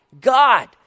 God